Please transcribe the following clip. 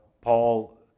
Paul